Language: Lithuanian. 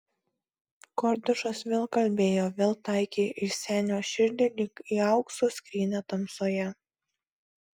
kordušas vėl kalbėjo vėl taikė į senio širdį lyg į aukso skrynią tamsoje